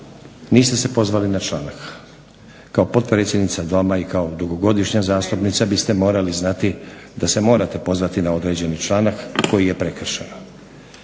niste se pozvali na članak. Kao potpredsjednica Doma i kao dugogodišnja zastupnica biste morali znati da se morate pozvati na određeni članak koji je prekršen.